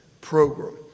program